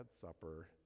supper